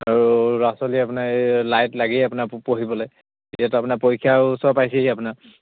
আৰু ল'ৰা ছোৱালী আপোনাৰ এই লাইট লাগেই আপোনাৰ পঢ়িবলৈ এতিয়াতো আপোনাৰ পৰীক্ষা ওচৰ পাইছেহি আপোনাৰ